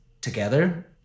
together